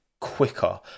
quicker